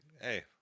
Hey